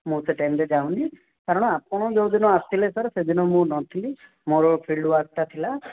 ମୁଁ ତ ଟାଇମ୍ରେ ଯାଉନି କାରଣ ଆପଣ ଯେଉଁ ଦିନ ଆସିଥିଲେ ସାର୍ ସେ ଦିନ ମୁଁ ନ ଥିଲି ମୋର ଫିଲ୍ଡ ୱାର୍କ୍ଟା ଥିଲା